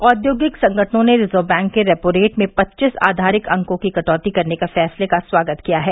औद्योगिक संगठनों ने रिजर्व बैंक के रेपो रेट में पच्चीस आधारिक अंकों की कटौती करने के फैसले का स्वागत किया है